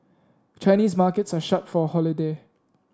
Chinese markets are shut for a holiday